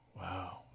Wow